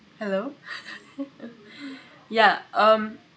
hello A um